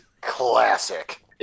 Classic